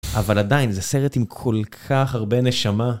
אבל עדיין, זה סרט עם כל כך הרבה נשמה.